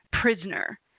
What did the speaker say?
prisoner